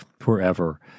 forever